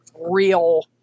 real